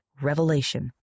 revelation